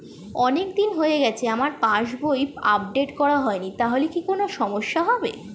অনেকদিন হয়ে গেছে আমার পাস বই আপডেট করা হয়নি তাহলে কি কোন সমস্যা হবে?